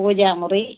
പൂജാ മുറി